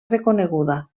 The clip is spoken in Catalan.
reconeguda